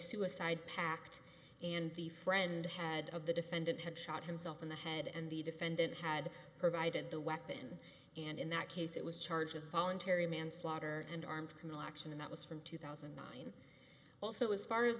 suicide pact and the friend head of the defendant had shot himself in the head and the defendant had provided the weapon and in that case it was charged as voluntary manslaughter and armed criminal action that was from two thousand and nine also as far as